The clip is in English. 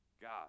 God